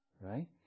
right